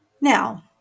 Now